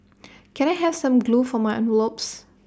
can I have some glue for my envelopes